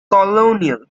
colonial